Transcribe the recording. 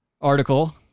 article